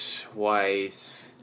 twice